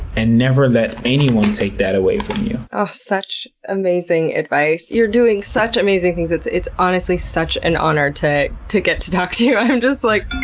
and never let anyone take that away from you. ah such amazing advice. you're doing such amazing things. it's it's honestly such an honor to to get to talk to you. i'm just like,